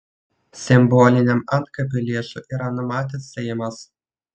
simboliniam antkapiui lėšų yra numatęs seimas